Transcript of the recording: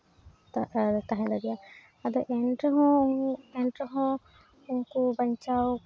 ᱛᱟᱦᱮᱸ ᱫᱟᱲᱮᱭᱟᱜᱼᱟ ᱟᱫᱚ ᱮᱱ ᱨᱮᱦᱚᱸ ᱮᱱ ᱨᱮᱦᱚᱸ ᱩᱝᱠᱩ ᱵᱟᱧᱪᱟᱣ